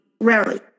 rarely